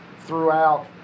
throughout